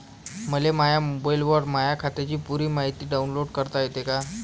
मले माह्या मोबाईलवर माह्या खात्याची पुरी मायती डाऊनलोड करता येते का?